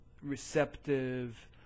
receptive